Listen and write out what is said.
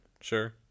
sure